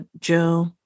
Joe